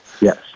Yes